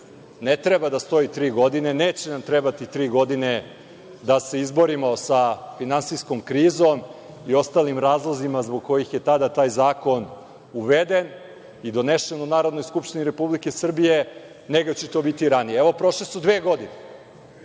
Ne treba da stoji tri godine, neće nam trebati tri godine da se izborimo sa finansijskom krizom i ostalim razlozima zbog kojih je tada taj zakon uveden i donesen u Narodnoj skupštini Republike Srbije, nego će to biti ranije. Prošle su dve godine